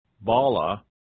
Bala